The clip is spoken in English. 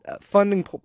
funding